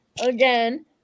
Again